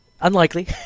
unlikely